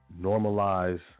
normalize